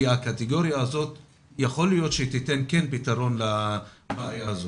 כי יכול להיות שהקטגוריה הזאת כן תיתן פתרון לבעיה הזאת.